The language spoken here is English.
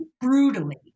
brutally